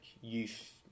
youth